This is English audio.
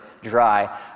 dry